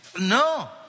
No